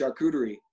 charcuterie